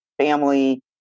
family